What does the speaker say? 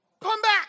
comeback